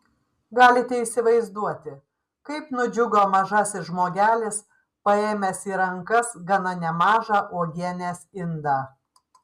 galite įsivaizduoti kaip nudžiugo mažasis žmogelis paėmęs į rankas gana nemažą uogienės indą